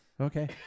Okay